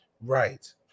Right